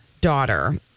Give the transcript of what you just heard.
daughter